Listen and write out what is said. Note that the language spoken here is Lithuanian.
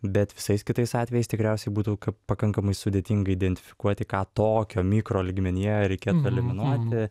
bet visais kitais atvejais tikriausiai būtų pakankamai sudėtinga identifikuoti ką tokio mikro lygmenyje reikėtų eliminuoti